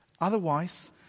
Otherwise